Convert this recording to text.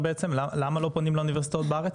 למה לא פונים לאוניברסיטאות בארץ?